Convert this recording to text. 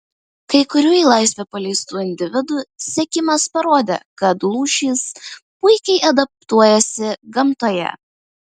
kai kurių į laisvę paleistų individų sekimas parodė kad lūšys puikiai adaptuojasi gamtoje